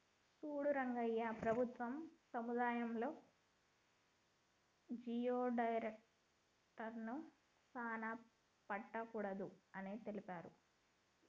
సూడు రంగయ్య ప్రభుత్వం సముద్రాలలో జియోడక్లను సానా పట్టకూడదు అని తెలిపారు